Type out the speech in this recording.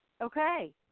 Okay